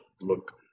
look